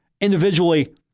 individually